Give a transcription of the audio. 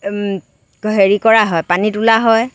হেৰি কৰা হয় পানী তোলা হয়